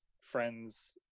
friends